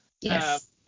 Yes